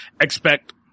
expect